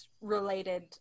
related